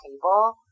table